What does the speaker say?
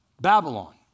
Babylon